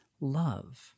love